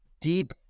deep